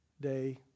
day